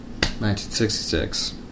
1966